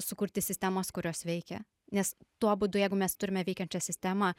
sukurti sistemas kurios veikia nes tuo būdu jeigu mes turime veikiančią sistemą